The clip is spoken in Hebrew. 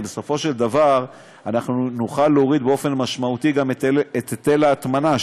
בסופו של דבר אנחנו נוכל להוריד באופן משמעותי גם את היטל ההטמנה,